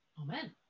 Amen